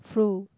flu